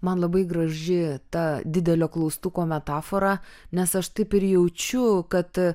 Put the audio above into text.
man labai graži ta didelio klaustuko metafora nes aš taip ir jaučiu kad